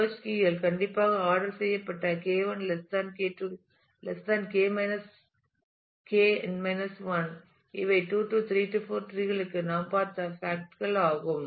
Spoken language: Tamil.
சேர்ச் கீ கள் கண்டிப்பாக ஆர்டர் செய்யப்பட்ட K1 K2 Kn 1 இவை 2 3 4 டிரீகளுக்கு நாம் பார்த்த பேக்ட் கள் ஆகும்